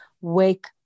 wake